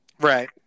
Right